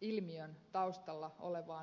ilmiön taustalla olevaan rikolliseen toimintaan